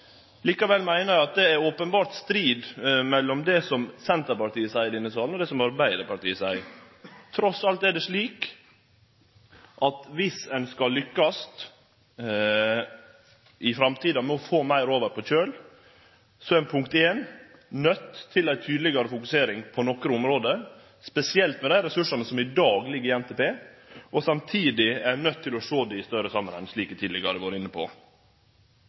er strid mellom det som Senterpartiet seier i denne salen, og det som Arbeidarpartiet seier. Trass alt er det slik at viss ein skal lykkast i framtida med å få meir over på kjøl, er ein nøydt til å ha ei tydelegare fokusering på nokre område, spesielt dei ressursane som i dag ligg i NTP, og samtidig er ein nøydt til å sjå dette i ein større samanheng, slik eg tidlegare har vore inne på.